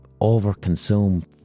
overconsume